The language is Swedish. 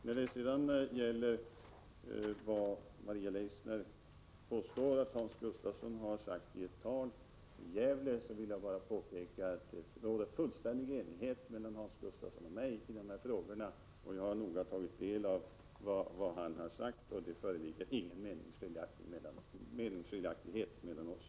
När det gäller Maria Leissners påstående om vad Hans Gustafsson skulle ha sagt i ett tal i Gävle, vill jag bara påpeka att det råder fullständig enighet mellan Hans Gustafsson och mig i dessa frågor. Jag har noga tagit del av vad han har sagt, och det föreligger alltså inga meningsskiljaktigheter mellan oss.